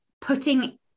putting